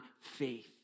faith